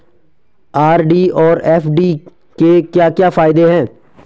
RD और FD के क्या क्या फायदे हैं?